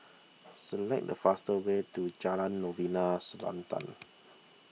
select the fastest way to Jalan Novena Selatan